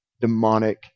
demonic